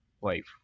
wife